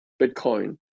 Bitcoin